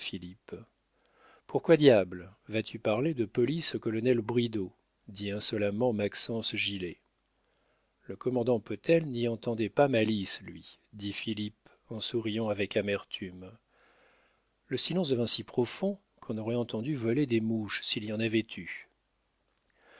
pourquoi diable vas-tu parler de police au colonel bridau dit insolemment maxence gilet le commandant potel n'y entendait pas malice lui dit philippe en souriant avec amertume le silence devint si profond qu'on aurait entendu voler des mouches s'il y en avait eu